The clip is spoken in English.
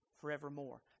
forevermore